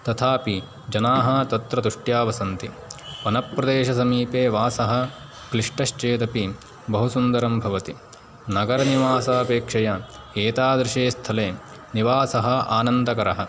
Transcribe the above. तथापि जनाः तत्र तुष्ट्या वसन्ति वनप्रदेशसमीपे वासः क्लिष्टश्चेदपि बहु सुन्दरं भवति नगरनिवासापेक्षया एतादृशे स्थले निवासः आनन्दकरः